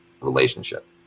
relationship